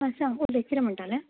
आं सांग उलय कितें म्हणटालें